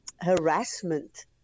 harassment